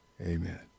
amen